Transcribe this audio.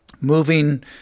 moving